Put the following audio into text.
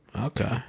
Okay